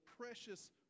precious